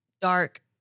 dark